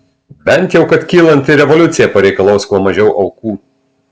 bent jau kad kylanti revoliucija pareikalaus kuo mažiau aukų